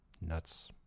nuts